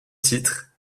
titre